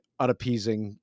unappeasing